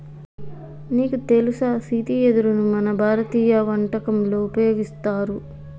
నీకు తెలుసా సీతి వెదరును మన భారతీయ వంటకంలో ఉపయోగిస్తారు